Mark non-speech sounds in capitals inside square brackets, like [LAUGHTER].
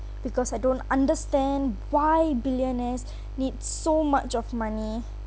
because I don't understand why billionaires [BREATH] need so much of money